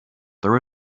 there